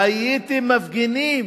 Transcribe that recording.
הייתם מפגינים,